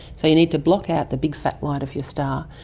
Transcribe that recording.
so you need to block out the big fat light of your star,